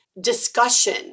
discussion